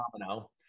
domino